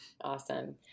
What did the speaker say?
awesome